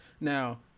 Now